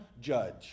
judge